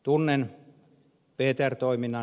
tunnen ptr toiminnan